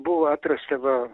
buvo atrasta va